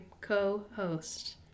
co-host